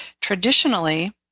Traditionally